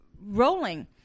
rolling